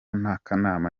n’akanama